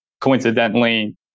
coincidentally